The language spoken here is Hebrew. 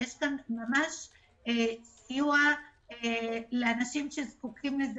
יש פה ממש סיוע לאנשים שזקוקים לכך.